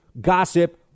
gossip